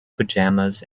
pajamas